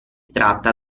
tratta